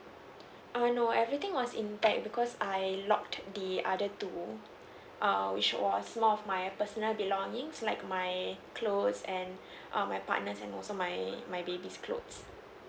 err no everything was in bag because I locked the other two err which was most of my personal belongings like my clothes and um my partner's and also my my baby's clothes